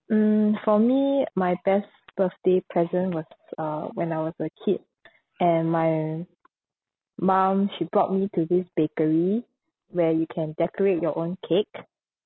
mm for me my best birthday present was uh when I was a kid and my mum she brought me to this bakery where you can decorate your own cake